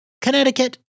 Connecticut